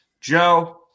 Joe